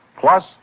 plus